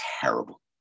terrible